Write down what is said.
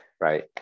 right